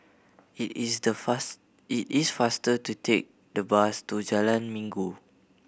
it is the fast it is faster to take the bus to Jalan Minggu